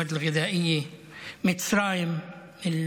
תרופות,) מצרים,